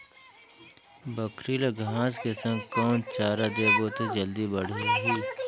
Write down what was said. बकरी ल घांस के संग कौन चारा देबो त जल्दी बढाही?